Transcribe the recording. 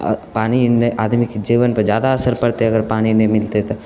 आओर पानिमे आदमीके जीबन पर जादा असर पड़तै अगर पानि नहि मिलतै तऽ